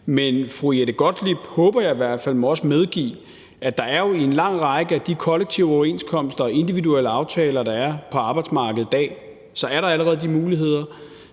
Men fru Jette Gottlieb må også, håber jeg i hvert fald, medgive, at der jo i forhold til en lang række af de kollektive overenskomster og individuelle aftaler, der er på arbejdsmarkedet i dag, allerede er de muligheder.